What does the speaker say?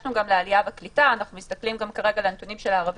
הגשנו גם לעלייה בקליטה ואנחנו מסתכלים גם על הנתונים של הערבים.